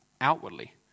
outwardly